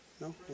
No